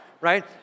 right